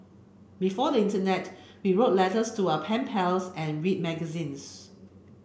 before the internet we wrote letters to our pen pals and read magazines